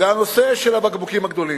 זה הנושא של הבקבוקים הגדולים.